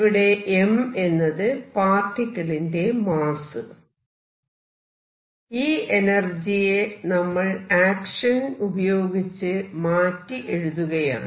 ഇവിടെ m എന്നത് പാർട്ടിക്കിളിന്റെ മാസ്സ് ഈ എനർജിയെ നമ്മൾ ആക്ഷൻ ഉപയോഗിച്ച് മാറ്റി എഴുതുകയാണ്